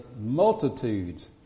multitudes